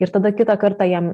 ir tada kitą kartą jam